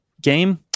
game